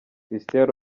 christian